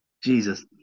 Jesus